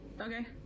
Okay